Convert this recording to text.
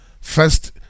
First